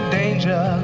danger